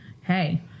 Hey